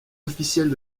officielle